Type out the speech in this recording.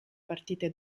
partite